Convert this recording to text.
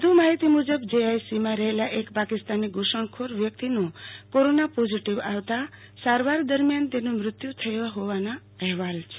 વધુ માહિતી મુજબ જે આઈ સીમાં રહેલા એક પાકિસ્તાની ધુસણખોર વ્યક્તિનો કોરોના પોઝીટીવ આવતા સારવાર દરમિયાન તેનું મૃત્યુ થયું હોવાના અહેવાલ છે